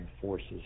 forces